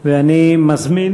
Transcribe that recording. אני מזמין